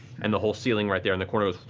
and the whole ceiling right there in the corner